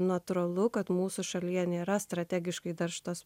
natūralu kad mūsų šalyje nėra strategiškai darbštus